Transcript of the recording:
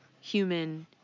human